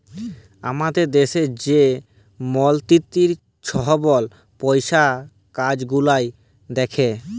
আমাদের দ্যাশে যে মলতিরি ছহব পইসার কাজ গুলাল দ্যাখে